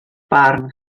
barn